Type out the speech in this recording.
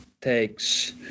takes